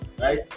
right